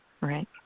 right